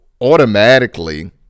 automatically